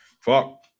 fuck